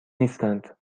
نیستند